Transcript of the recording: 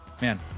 Man